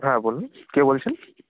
হ্যাঁ বলুন কে বলছেন